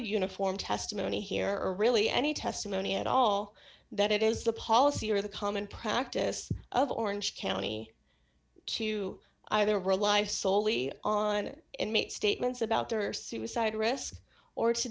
uniform testimony here or really any testimony at all that it is the policy or the common practice of orange county to either rely solely on inmate statements about their suicide risk or to